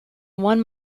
one